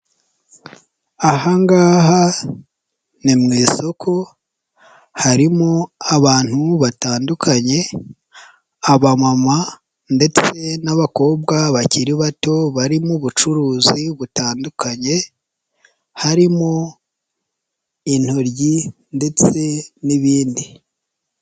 Aha ngaha ni mu isoko, harimo abantu batandukanye abamama ndetse n'abakobwa bakiri bato bari mu bucuruzi butandukanye, harimo intoryi ndetse n'ibindi.